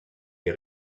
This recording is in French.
des